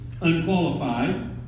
unqualified